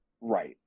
Right